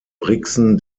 brixen